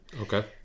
Okay